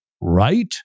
right